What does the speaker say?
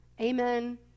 Amen